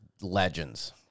Legends